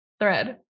thread